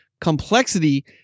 complexity